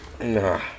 Nah